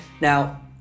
Now